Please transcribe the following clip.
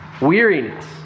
weariness